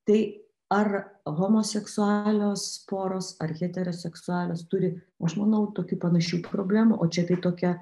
tai ar homoseksualios poros ar heteroseksualios turi o aš manau tokių panašių problemų o čia tai tokia